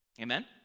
Amen